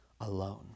alone